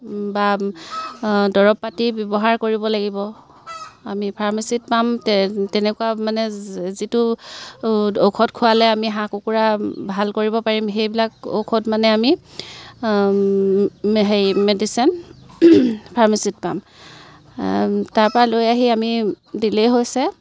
বা দৰব পাতি ব্যৱহাৰ কৰিব লাগিব আমি ফাৰ্মেচিত পাম তেনেকুৱা মানে যিটো ঔষধ খোৱালে আমি হাঁহ কুকুৰা ভাল কৰিব পাৰিম সেইবিলাক ঔষধ মানে আমি হেৰি মেডিচেন ফাৰ্মেচিত পাম তাৰপৰাই লৈ আহি আমি দিলেই হৈছে